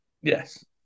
Yes